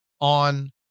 on